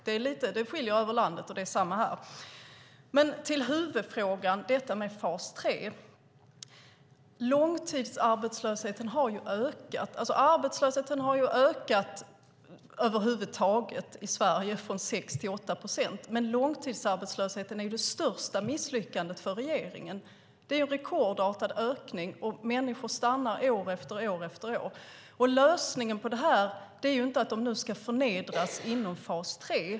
Det skiljer sig över landet, och det är samma sak här. Men jag ska nu gå till huvudfrågan: detta med fas 3. Långtidsarbetslösheten har ökat. Arbetslösheten har ökat över huvud taget i Sverige från 6 till 8 procent. Men långtidsarbetslösheten är det största misslyckandet för regeringen. Det är en rekordartad ökning. Och människor stannar där år efter år. Lösningen på det här är inte att de nu ska förnedras inom fas 3.